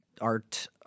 art